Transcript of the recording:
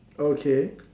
okay